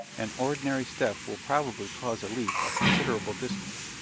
an ordinary step will probably cause a leap of considerable distance.